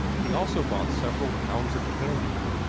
he also bought several pounds of candy,